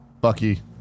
Bucky